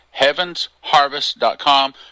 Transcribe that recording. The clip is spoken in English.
HeavensHarvest.com